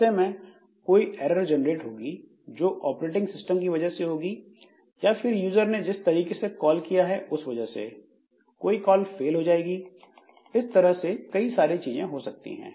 ऐसे में कोई एरर जेनेरेट होगी जो ऑपरेटिंग सिस्टम की वजह से होगी या फिर यूज़र ने जिस तरीके से कॉल किया है उस वजह से कोई कॉल फेल हो जाएगी इस तरह से कई सारी चीजें हो सकती है